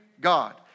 God